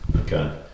Okay